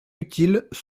utiles